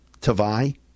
Tavai